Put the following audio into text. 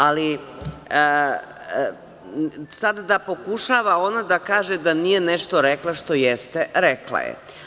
Ali, sada pokušava ona da kaže da nije nešto rekla što jeste, rekla je.